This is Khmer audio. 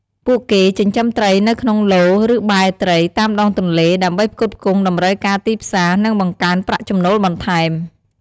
ពួកគេចិញ្ចឹមត្រីនៅក្នុង ឡូត៍ ឬបែរត្រី តាមដងទន្លេ ដើម្បីផ្គត់ផ្គង់តម្រូវការទីផ្សារ និងបង្កើនប្រាក់ចំណូលបន្ថែម។